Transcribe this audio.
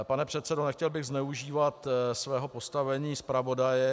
Pane předsedo, nechtěl bych zneužívat svého postavení zpravodaje.